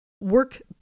work